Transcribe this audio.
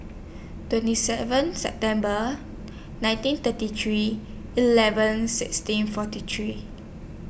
twenty seven September nineteen thirty three eleven sixteen forty three